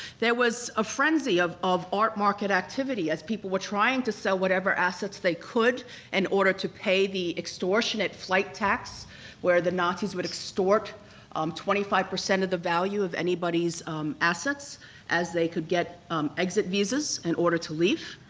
there was a frenzy of of art market activity as people were trying to sell whatever assets they could in and order to pay the extortionate flight tax where the nazis would extort um twenty five percent of the value of anybody's assets as they could get exit visas in order to leave.